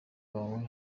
bawe